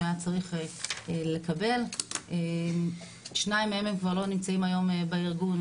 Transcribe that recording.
שהיה צריך לקבל - שניים מהם כבר לא נמצאים היום בארגון,